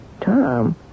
Tom